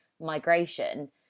migration